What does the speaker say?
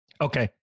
Okay